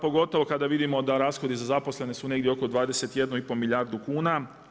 Pogotovo kada vidimo da rashodi za zaposlene su negdje oko 21,5 milijardu kuna.